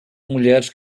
mulheres